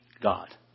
God